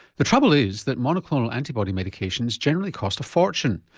the trouble is that monoclonal antibody medications generally cost a fortune.